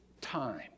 time